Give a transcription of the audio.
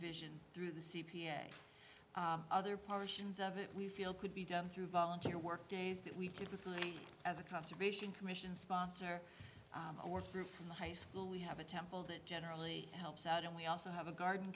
envision through the c p a other parsons of it we feel could be done through volunteer work days that we typically as a conservation commission sponsor or through from the high school we have a temple that generally helps out and we also have a garden